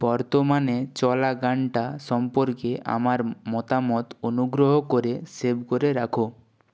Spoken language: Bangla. বর্তমানে চলা গানটা সম্পর্কে আমার মতামত অনুগ্রহ করে সেভ করে রাখো